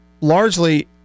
largely